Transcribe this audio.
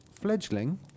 Fledgling